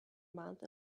month